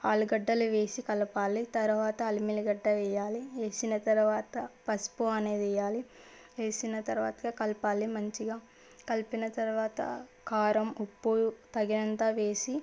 ఆలుగడ్డలు వేసి కలపాలి తరువాత అల్లం వెల్లిగడ్డ వేయాలి వేసిన తరువాత పసుపు అనేది వేయాలి వేసిన తరువాత కలపాలి మంచిగా కలిపిన తరువాత కారం ఉప్పు తగినంత వేసి